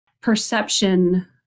perception